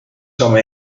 some